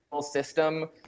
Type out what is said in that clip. system